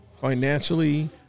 financially